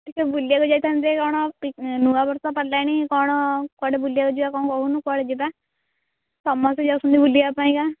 ଟିକିଏ ବୁଲିବାକୁ ଯାଇଥାନ୍ତେ କ'ଣ ନୂଆବର୍ଷ ହେଲାଣି କ'ଣ କୁଆଡ଼େ ବୁଲିବାକୁ ଯିବା କ'ଣ କହୁନୁ କୁଆଡ଼େ ଯିବା ସମସ୍ତେ ଯାଉଛନ୍ତି ବୁଲିବା ପାଇଁକା